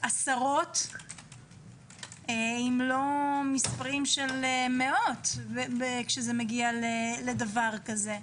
עשרות אם לא מספרים של מאות, כשזה מגיע לדבר כזה.